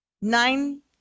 Nine